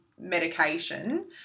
medication